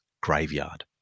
graveyard